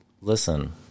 listen